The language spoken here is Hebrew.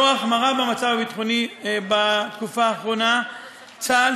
בעקבות החמרה במצב הביטחוני בתקופה האחרונה צה"ל